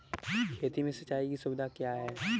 खेती में सिंचाई की सुविधा क्या है?